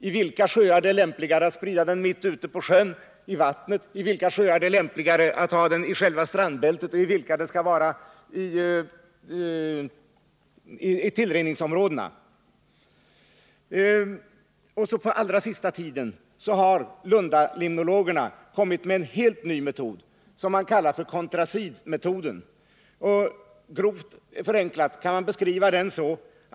I vissa sjöar är det kanske lämpligast att sprida den mitt i sjön, i andra är det bäst att sprida den vid strandbältet och i somliga bör den spridas i tillrinningsområdena. Under den allra senaste tiden har Lundalimnologerna kommit med en helt ny metod, som har kallats för contracidmetoden. Grovt förenklad kan den beskrivas så.